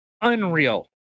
Unreal